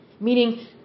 Meaning